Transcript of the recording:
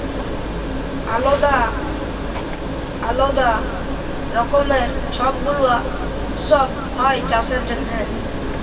আলদা আলদা রকমের ছব গুলা উৎসব হ্যয় চাষের জনহে